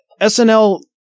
SNL